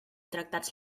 tractats